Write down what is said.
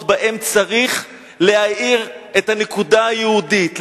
שבהם צריך להאיר את הנקודה היהודית,